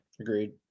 Agreed